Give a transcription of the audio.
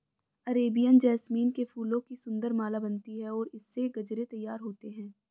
Arabian jasmine के फूलों की सुंदर माला बनती है और इससे गजरे तैयार होते हैं